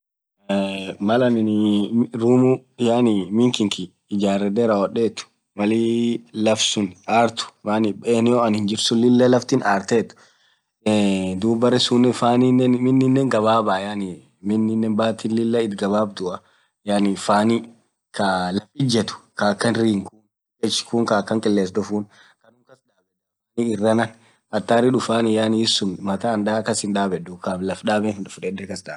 Mal Aninn room yaani miin khiki ijaree rawodhethu maliii laffsun arrathu yaani enneo Ann jirsun Lila laffti arrathee dhub berre sunnen fanninen miininen ghababa yaani mininen bathi Lila ithi ghabadhua yaani fanni Kaa laff ijethu Kaa akhan ringu khuni dhikech kun kaa akhan qiles dhufunni kaaanum kasdhabedha miin iraana hatari dhufanni yaani is suun mathaa ann dhaa kas hindhabedhu kaaam laff dhaben fudhedhe kasdhabedha